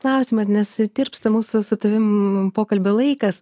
klausimas nes tirpsta mūsų su tavim pokalbio laikas